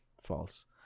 false